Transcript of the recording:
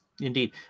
Indeed